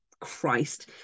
Christ